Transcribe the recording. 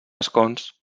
escons